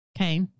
okay